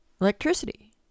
Electricity